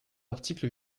article